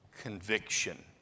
conviction